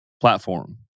platform